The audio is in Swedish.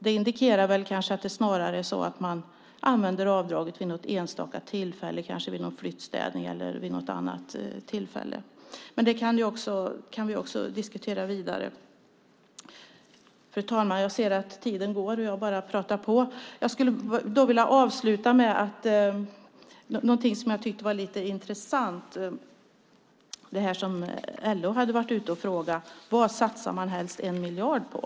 Det indikerar att det snarare är så att man använder avdraget vid något enstaka tillfälle, kanske vid flyttstädning eller vid något annat tillfälle. Det kan vi också diskutera vidare. Fru talman! Jag ser att tiden går, och jag bara pratar på. Jag skulle vilja avsluta med någonting som jag tyckte var lite intressant. LO hade frågat vad man helst satsade 1 miljard på.